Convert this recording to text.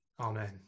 Amen